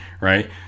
right